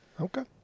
Okay